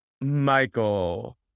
Michael